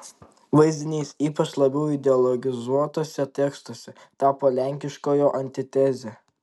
vaizdinys ypač labiau ideologizuotuose tekstuose tapo lenkiškojo antiteze